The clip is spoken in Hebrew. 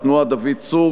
התנועה: דוד צור.